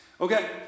Okay